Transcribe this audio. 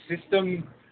system